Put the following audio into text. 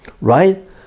right